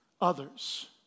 others